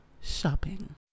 shopping